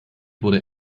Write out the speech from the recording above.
wurde